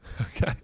Okay